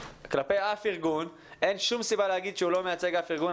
כלפי אף ארגון אין סיבה לומר שהוא לא מייצג אף ארגון.